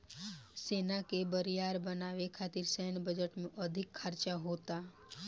सेना के बरियार बनावे खातिर सैन्य बजट में अधिक खर्चा होता